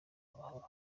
amahoro